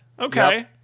Okay